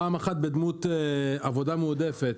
פעם אחת בדמות עבודה מועדפת,